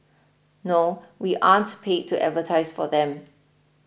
no we aren't paid to advertise for them